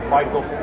Michael